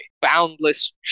boundless